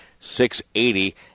680